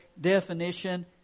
definition